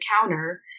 counter